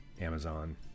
Amazon